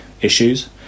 issues